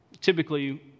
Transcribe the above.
Typically